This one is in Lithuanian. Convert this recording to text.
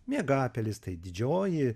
miegapelės tai didžioji